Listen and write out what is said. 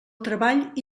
treball